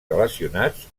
relacionats